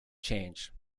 change